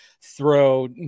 throw